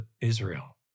Israel